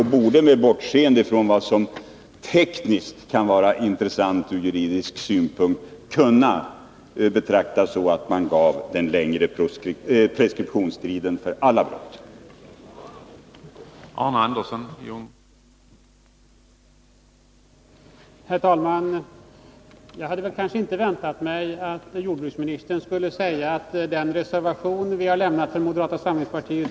Man borde med bortseende från vad som tekniskt kan vara intressant ur juridisk synpunkt betrakta miljöbrotten så, att man införde den längre preskriptionstiden för alla sådana brott.